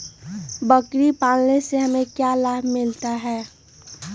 बकरी पालने से हमें क्या लाभ मिलता है?